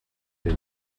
they